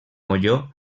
molló